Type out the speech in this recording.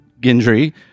Gendry